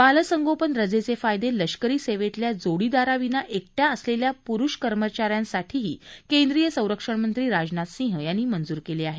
बाल संगोपन रजेचे फायदे लष्करी सेवेतल्या जोडीदाराविना एकट्या असलेल्या प्रुष कर्मचाऱ्यांसाठीही केंद्रीय संरक्षण मंत्री राजनाथ सिंह यांनी मंजूर केले आहेत